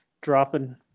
dropping